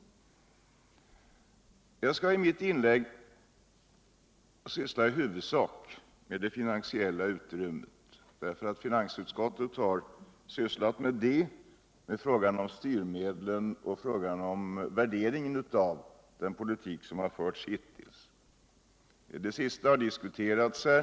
Jag skall som ledamot av finansutskottet i mitt inlägg syssla huvudsakligen med frågan om det finansiella utrymmet — finansutskottet har ju behandlat frågan om styrmedlen och frågan om viirderingen av den politik som förts hittills. Frågan om värderingen har redan diskuterats här.